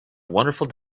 wonderful